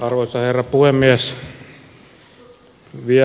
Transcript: arvoisa herra puhemies